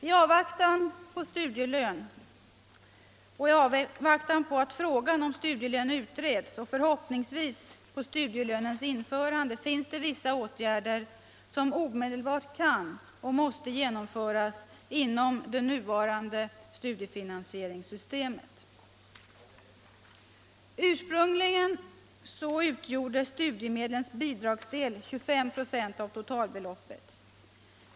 I avvaktan på att frågan om studielön utreds och förhoppningsvis på studielönens införande finns det vissa åtgärder som omedelbart kan och måste genomföras inom det nuvarande studiefinansieringssystemet. Ursprungligen utgjorde studiemedlens bidragsdel 25 96 av totalbeloppet.